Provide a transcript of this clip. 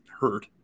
hurt